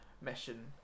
mission